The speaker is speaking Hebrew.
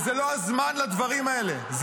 -- וזה לא הזמן לדברים האלה.